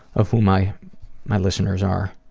of who my my listeners are.